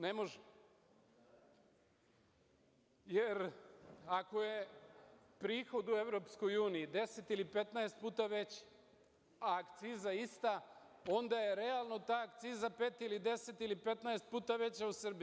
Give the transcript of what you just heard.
Ne može, jer ako je prihod u EU, 10 ili 15 puta veći, a akciza ista onda je realno ta akciza pet ili 10, ili 15 puta veća u Srbiji.